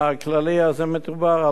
אז מדובר על מחאה,